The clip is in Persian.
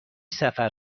سفر